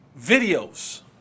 Videos